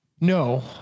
No